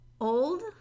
old